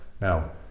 Now